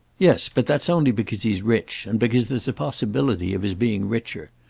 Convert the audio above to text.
yes, but that's only because he's rich and because there's a possibility of his being richer.